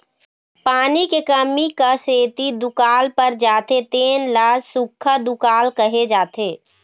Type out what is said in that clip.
पानी के कमी क सेती दुकाल पर जाथे तेन ल सुक्खा दुकाल कहे जाथे